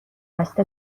دست